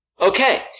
Okay